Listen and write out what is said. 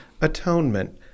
Atonement